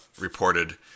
reported